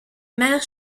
mère